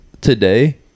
today